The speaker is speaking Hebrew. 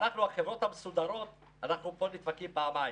אנחנו, החברות המסודרות, אנחנו פה נדפקים פעמיים.